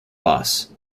boss